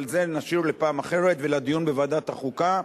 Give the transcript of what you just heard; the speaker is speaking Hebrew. אבל את זה נשאיר לפעם אחרת ולדיון בוועדת החוקה.